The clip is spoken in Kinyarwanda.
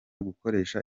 gukoresha